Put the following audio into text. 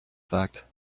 fact